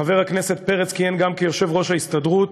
חבר הכנסת פרץ כיהן גם כיושב-ראש ההסתדרות,